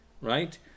Right